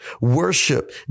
worship